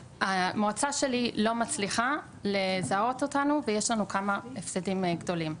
המועצה שלי לא מצליחה לזהות אותנו ויש לנו כמה הפסדים גדולים.